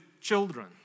children